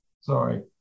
Sorry